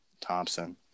Thompson